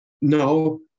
No